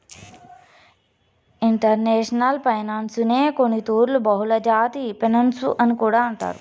international ఫైనాన్సునే కొన్నితూర్లు బహుళజాతి ఫినన్సు అని కూడా అంటారు